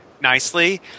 nicely